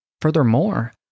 Furthermore